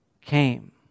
came